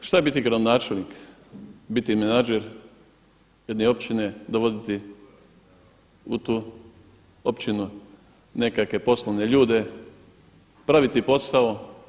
Šta je biti gradonačelnik, biti menadžer jedne općine, dovoditi u tu općinu nekakve poslovne ljude, praviti posao?